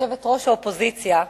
יושבת-ראש האופוזיציה,